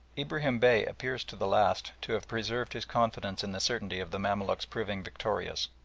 ibrahim bey appears to the last to have preserved his confidence in the certainty of the mamaluks proving victorious,